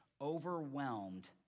overwhelmed